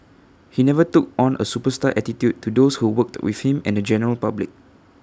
he never took on A superstar attitude to those who worked with him and the general public